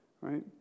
right